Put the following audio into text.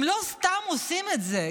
הם לא סתם עושים את זה,